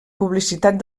publicitat